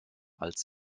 als